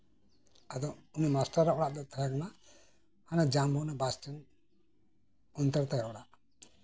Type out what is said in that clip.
ᱟᱫᱚ ᱩᱱᱤ ᱢᱟᱥᱴᱟᱨ ᱟᱜ ᱚᱲᱟᱜ ᱫᱚ ᱛᱟᱸᱦᱮ ᱠᱟᱱᱟ ᱡᱟᱢᱵᱚᱱᱤ ᱵᱟᱥᱴᱮᱱᱰᱨᱮ ᱚᱱᱛᱮ ᱜᱮᱛᱟᱭ ᱚᱲᱟᱜ